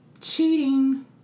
cheating